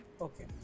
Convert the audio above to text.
Okay